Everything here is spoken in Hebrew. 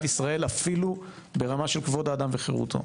ישראל אפילו ברמה של כבוד האדם וחירותו.